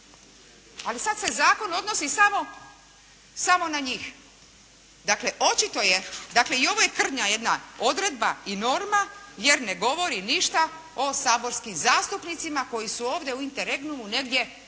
Ali sad se zakon odnosi samo na njih. Dakle, očito je. I ovo je krnja jedna odredba i norma jer ne govori ništa o saborskim zastupnicima koji su ovdje u interregnumu negdje nestali